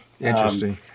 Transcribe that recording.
Interesting